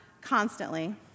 constantly